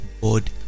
God